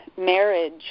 marriage